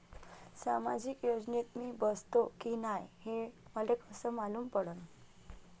सामाजिक योजनेत मी बसतो की नाय हे मले कस मालूम पडन?